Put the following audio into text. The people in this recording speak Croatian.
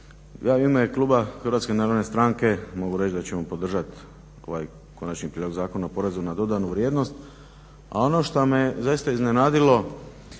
Ja u ime klub HNS-a mogu reći da ćemo podržati ovaj Konačni prijedlog Zakona o porezu na dodanu vrijednost. A ono što me je zaista iznenadilo